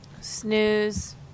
Snooze